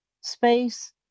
space